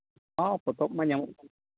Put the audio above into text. ᱦᱚᱸ ᱯᱚᱛᱚᱵᱽ ᱢᱟ ᱧᱟᱢᱚᱜ ᱠᱟᱱ ᱜᱮ